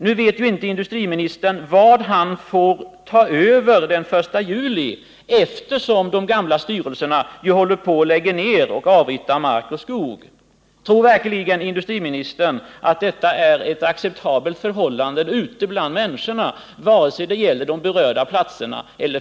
Nu vet inte industriministern vad han får ta över efter den 1 juli, eftersom de nuvarande styrelserna håller på att avyttra mark och skog. Tror verkligen industriministern att detta är ett förhållande som accepteras ute bland människorna på de berörda platserna?